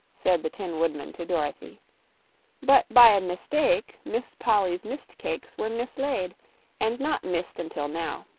said the tin woodman to dorothy but by a mistake miss polly's mist-cakes were mislaid and not missed until now.